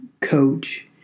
coach